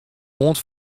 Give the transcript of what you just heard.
oant